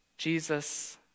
Jesus